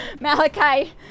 Malachi